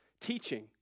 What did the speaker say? teaching